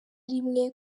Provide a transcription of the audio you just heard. rimwe